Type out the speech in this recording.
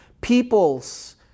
people's